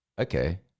okay